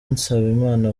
nsabimana